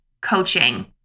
coaching